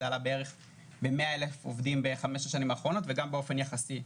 המספר עלה ב-100 אלף עובדים ב-5 השנים האחרונות וגם באופן יחסי,